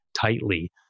tightly